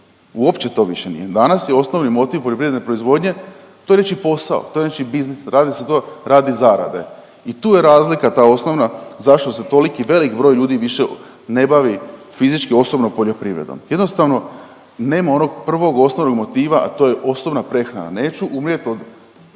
uopće to više nije. Danas je osnovni motiv poljoprivredne proizvodnje, to je nečiji posao, to je nečiji biznis, radi se to radi zarade i tu je razlika ta osnovna zašto se toliki velik broj ljudi više ne bavi fizički osobno poljoprivredom. Jednostavno nema onog prvog osnovnog motiva, a to je osobna prehrana, neću umrijet od,